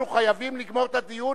אנחנו חייבים לגמור את הדיון,